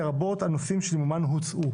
לרבות על נושאים --- הוצאו.